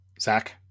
Zach